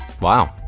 wow